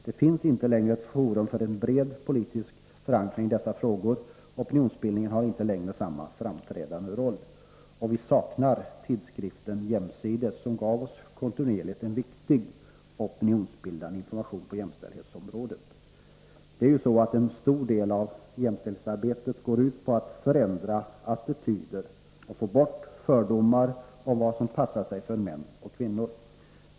Det finns inte längre ett forum för en bred politisk förankring i dessa frågor, och opinionsbildningen har inte längre samma framträdande roll. Vi saknar tidskriften Jämsides, som kontinuerligt gav oss viktig opinionsbildande information på jämställdhetsområdet. En stor del av jämställdhetsarbetet går ut på att förändra attityder och få bort fördomar om vad som passar sig för män och kvinnor.